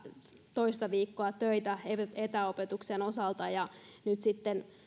toista viikkoa töitä etäopetuksen osalta ja nyt sitten